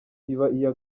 iya